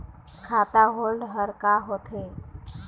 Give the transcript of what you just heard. खाता होल्ड हर का होथे?